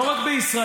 לא רק בישראל,